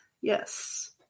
Yes